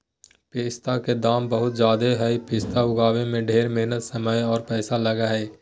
पिस्ता के दाम बहुत ज़्यादे हई पिस्ता उगाबे में ढेर मेहनत समय आर पैसा लगा हई